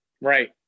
Right